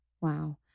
Wow